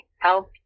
help